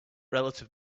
relative